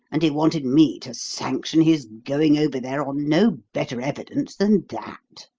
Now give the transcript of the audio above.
and he wanted me to sanction his going over there on no better evidence than that.